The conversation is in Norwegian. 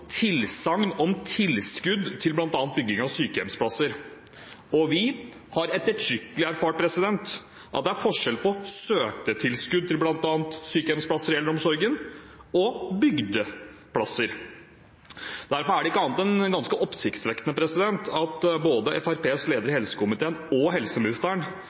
tilsagn om tilskudd til bl.a. bygging av sykehjemsplasser. Og vi har ettertrykkelig erfart at det er forskjell på søkte tilskudd til bl.a. sykehjemsplasser i eldreomsorgen og bygde plasser. Derfor er det ikke annet enn ganske oppsiktsvekkende at både Fremskrittspartiets leder i helse- og omsorgskomiteen og helseministeren